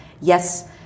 yes